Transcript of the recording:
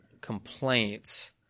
complaints